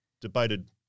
debated